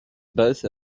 both